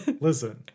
Listen